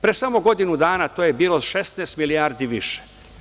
Pre samo godinu dana to je bilo 16 milijardi više.